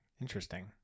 Interesting